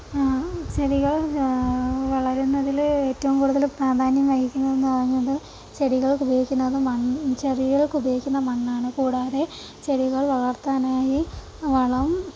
ചെടികൾ വളരുന്നതിൽ ഏറ്റവും കൂടുതൽ പ്രാധാന്യം വഹിക്കുന്നത് എന്നു പറഞ്ഞത് ചെടികൾക്ക് ഉപയോഗിക്കുന്ന ചെടികൾക്ക് ഉപയോഗിക്കുന്ന മണ്ണാണ് കൂടാതെ ചെടികൾ വളർത്താനായി വളം